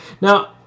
Now